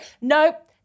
nope